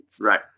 right